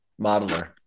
modeler